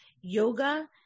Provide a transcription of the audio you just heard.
Yoga